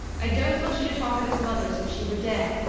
i don't want you to talk of his mother as if she were dead.